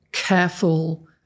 Careful